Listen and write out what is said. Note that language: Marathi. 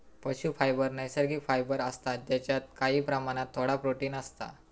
पशू फायबर नैसर्गिक फायबर असता जेच्यात काही प्रमाणात थोडा प्रोटिन असता